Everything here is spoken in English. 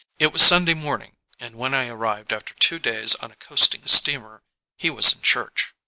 it was sunday morning and when i arrived after two days on a coasting steamer, he was in church.